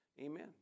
amen